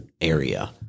area